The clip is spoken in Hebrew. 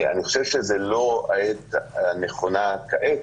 אני חושב שזה לא העת הנכונה כעת,